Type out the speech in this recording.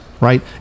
right